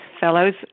fellows